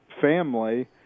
family